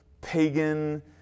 pagan